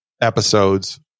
episodes